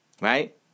Right